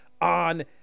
on